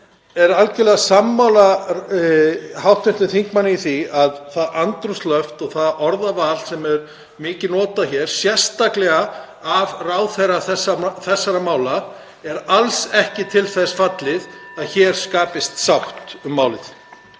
er algerlega sammála hv. þingmanni í því að það andrúmsloft og orðaval sem er mikið notað hér, sérstaklega af ráðherra þessara mála, er alls ekki til þess fallið að skapa hér sátt um málið.